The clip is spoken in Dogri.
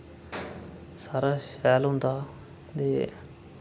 सारा शैल होंदा हा ते